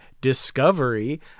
discovery